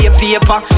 paper